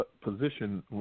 position